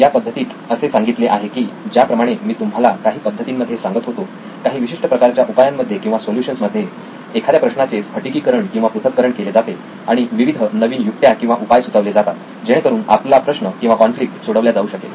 या पद्धतीत असे सांगितले आहे की ज्या प्रमाणे मी तुम्हाला काही पद्धतींमध्ये सांगत होतो काही विशिष्ट प्रकारच्या उपायांमध्ये किंवा सोल्युशन्स मध्ये एखाद्या प्रश्नाचे स्फटिकीकरण किंवा पृथक्करण केली जाते आणि विविध नवीन युक्त्या किंवा उपाय सुचवले जातात जेणेकरून आपला प्रश्न किंवा कॉन्फ्लिक्ट सोडवल्या जाऊ शकेल